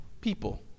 People